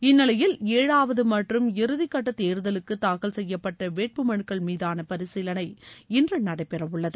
இந்நிலையில் ஏழாவது மற்றும் இறுதி கட்ட தேர்தலுக்கு தாக்கல் செய்யப்பட்ட வேட்பு மனுக்கள் மீதான பரிசீலனை இன்று நடைபெறவுள்ளது